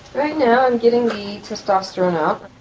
right now i'm getting the testosterone out,